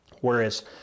Whereas